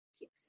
Yes